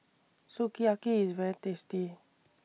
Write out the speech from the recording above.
Sukiyaki IS very tasty